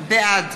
בעד